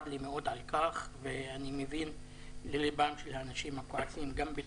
אני מצר על כך ואני מבין ללבם של בעלי המקום.